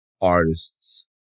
artists